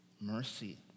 mercy